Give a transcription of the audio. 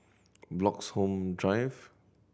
Bloxhome Drive